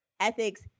ethics